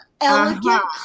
elegant